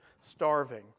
starving